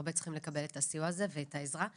הרבה צריכים לקבל את הסיוע הזה ואת העזרה.